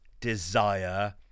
desire